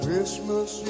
Christmas